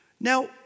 Now